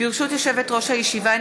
ברשות יושבת-ראש הישיבה,